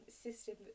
system